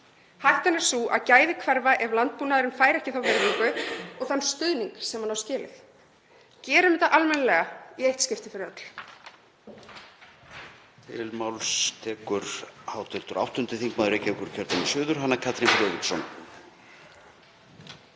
Hættan er að þau gæði hverfi ef landbúnaðurinn fær ekki þá virðingu og þann stuðning sem hann á skilið. — Gerum þetta almennilega í eitt skipti fyrir öll.